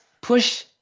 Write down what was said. push